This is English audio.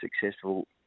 successful